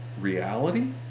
Reality